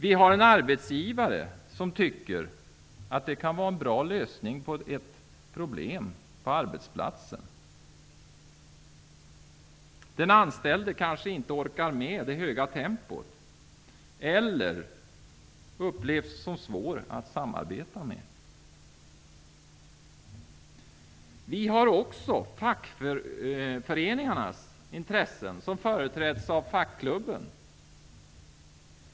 Vi har en arbetsgivare som tycker att det kan vara en bra lösning på ett problem på arbetsplatsen. Den anställde kanske inte orkar med det höga tempot eller upplevs som svår att samarbeta med. Vi har också fackföreningarnas intressen, som företräds av fackklubbarna.